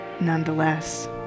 nonetheless